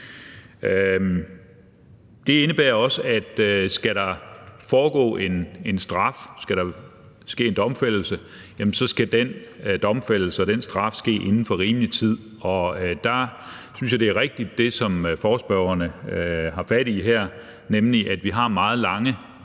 Det indebærer også, at skal der idømmes en straf, skal der ske en domfældelse, så skal den domfældelse ske og den straf idømmes inden for rimelig tid, og der synes jeg, at det, som forespørgerne har fat i her, er rigtigt, nemlig at vi har meget lange,